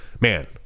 man